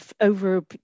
over